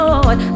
Lord